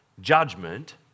judgment